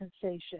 sensation